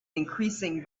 increasing